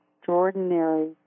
extraordinary